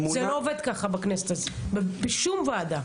זה שולי,